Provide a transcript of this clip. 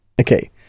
okay